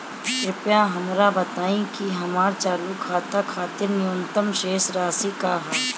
कृपया हमरा बताइं कि हमर चालू खाता खातिर न्यूनतम शेष राशि का ह